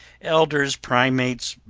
elders, primates,